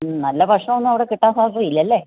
നല്ല ഭക്ഷണം ഒന്നും അവിടെ കിട്ടാൻ സാധ്യത ഇല്ല അല്ലേ